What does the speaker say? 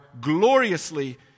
gloriously